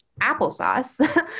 applesauce